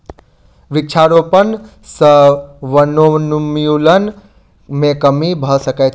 वृक्षारोपण सॅ वनोन्मूलन मे कमी भ सकै छै